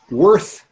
worth